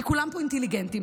כי כולם פה אינטליגנטים,